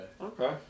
Okay